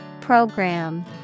Program